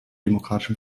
demokratischen